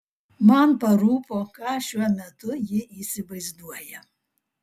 man parūpo ką šiuo metu ji įsivaizduoja